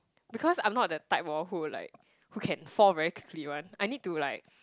because I'm not the type hor who like who can fall very quickly one I need to like